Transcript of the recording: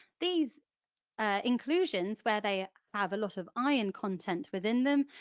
these ah inclusions where they have a lot of iron content within them,